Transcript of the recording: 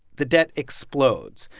the debt explodes.